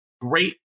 great